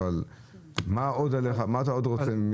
אבל מה עוד אתה רוצה לומר?